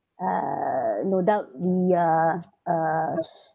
uh no doubt we uh